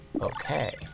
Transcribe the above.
Okay